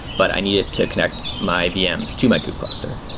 but i need to connect my vms to my kub cluster,